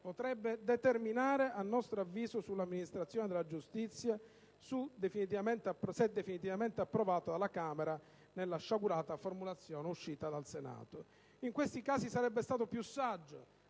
potrebbe determinare sull'amministrazione della giustizia se definitivamente approvato dalla Camera nella sciagurata formulazione uscita dal Senato. In questi casi sarebbe stato più saggio,